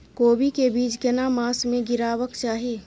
कोबी के बीज केना मास में गीरावक चाही?